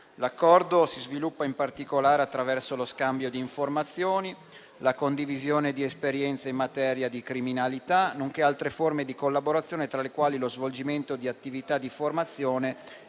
L'Accordo si sviluppa in particolare attraverso lo scambio di informazioni, la condivisione di esperienze in materia di criminalità, nonché altre forme di collaborazione, tra le quali lo svolgimento di attività di formazione